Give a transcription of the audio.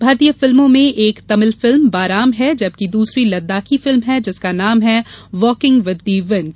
भारतीय फिल्मों में एक तमिल फिल्म बाराम है जबकि दूसरी लद्दाखी फिल्म है जिसका नाम है वॉकिंग विद द विंड